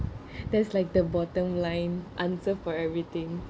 that's like the bottom line answer for everything